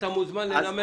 אתה מוזמן לנמק,